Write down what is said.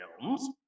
films